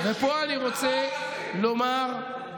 שנה וארבעה חודשים,